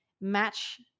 match